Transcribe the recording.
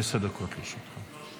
עשר דקות לרשותך.